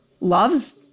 loves